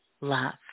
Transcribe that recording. love